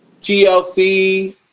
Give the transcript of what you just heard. TLC